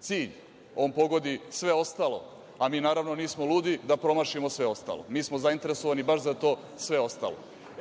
cilj, on pogodi sve ostalo, a mi naravno nismo ludi da promašimo sve ostalo. Mi smo zainteresovani baš za to sve ostalo.